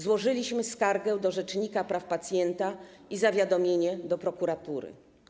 Złożyliśmy skargę do rzecznika praw pacjenta i zawiadomienie do prokuratury.